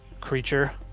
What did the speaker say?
creature